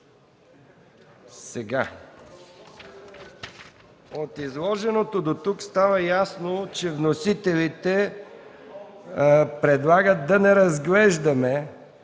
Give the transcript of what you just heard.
МИКОВ: От изложеното дотук става ясно, че вносителите предлагат да не разглеждаме